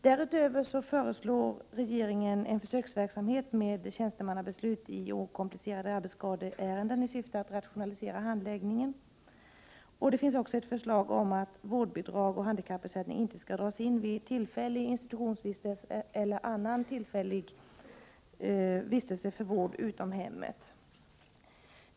Därutöver föreslår regeringen en försöksverksamhet med tjänstemannabeslut i okomplicerade arbetsskadeärenden, i syfte att rationalisera handläggningen. Det finns också ett förslag om att vårdbidrag och handikappersättning inte skall dras in vid tillfällig institutionsvistelse eller annan tillfällig vistelse för vård utom hemmet.